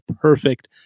perfect